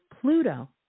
Pluto